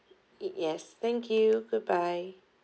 it yes thank you goodbye